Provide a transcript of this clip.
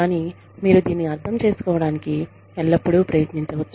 కానీ మీరు దీన్ని అర్థం చేసుకోవడానికి ఎల్లప్పుడూ ప్రయత్నించవచ్చు